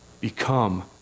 become